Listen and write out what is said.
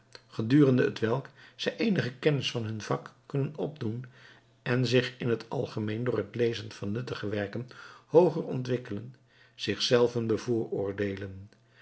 gedurende hetwelk zij eenige kennis van hun vak kunnen opdoen en zich in het algemeen door het lezen van nuttige werken hooger ontwikkelen zich